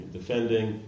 defending